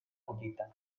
collita